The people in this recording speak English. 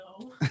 No